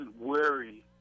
worry